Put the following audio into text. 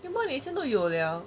做么你以前都有 liao